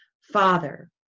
Father